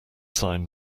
sign